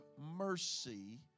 mercy